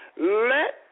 Let